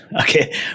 Okay